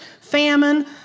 famine